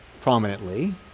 prominently